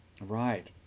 Right